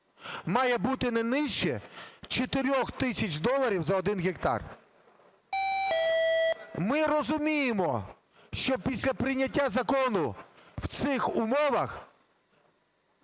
має бути не нижче 4 тисяч доларів за один гектар. Ми розуміємо, що після прийняття закону в цих умовах